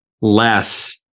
less